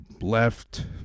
left